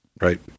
right